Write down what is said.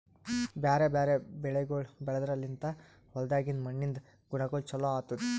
ಬ್ಯಾರೆ ಬ್ಯಾರೆ ಬೆಳಿಗೊಳ್ ಬೆಳೆದ್ರ ಲಿಂತ್ ಹೊಲ್ದಾಗಿಂದ್ ಮಣ್ಣಿನಿಂದ ಗುಣಗೊಳ್ ಚೊಲೋ ಆತ್ತುದ್